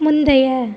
முந்தைய